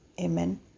amen